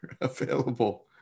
available